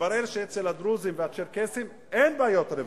מתברר שאצל הדרוזים והצ'רקסים אין בעיות רווחה,